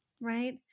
right